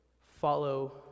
follow